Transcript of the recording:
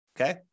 okay